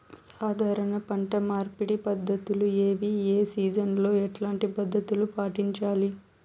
సాధారణ పంట మార్పిడి పద్ధతులు ఏవి? ఏ సీజన్ లో ఎట్లాంటి పద్ధతులు పాటించాలి?